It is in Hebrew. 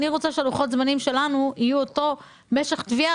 אני רוצה שלוחות הזמנים שלנו יהיו אותו משך תביעה,